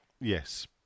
Yes